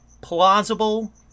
plausible